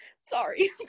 Sorry